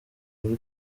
muri